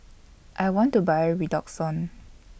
I want to Buy Redoxon